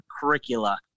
curricula